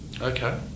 Okay